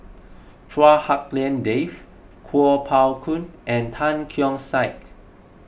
Chua Hak Lien Dave Kuo Pao Kun and Tan Keong Saik